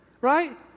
right